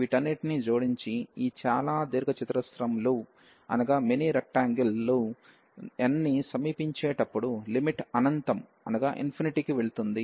వీటన్నింటినీ జోడించి ఈ చాలా దీర్ఘ చతురస్రం లు n ని సమీపించేటప్పుడు లిమిట్ అనంతం కి వెళుతుంది